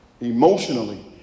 emotionally